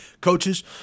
coaches